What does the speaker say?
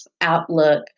outlook